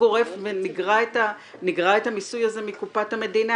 גורף ונגרע את המיסוי הזה מקופת המדינה.